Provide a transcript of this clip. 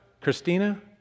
Christina